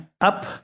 Up